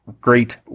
great